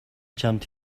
чамд